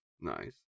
Nice